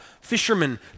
fishermen